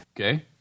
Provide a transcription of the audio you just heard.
Okay